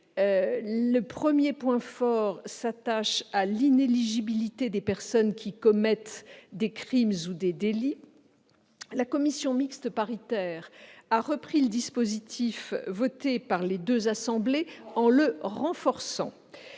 Le premier point fort s'attache à l'inéligibilité des personnes qui commettent des crimes ou des délits. La commission mixte paritaire a repris le dispositif voté par les deux assemblées en le renforçant.